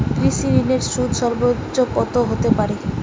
কৃষিঋণের সুদ সর্বোচ্চ কত হতে পারে?